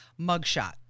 mugshot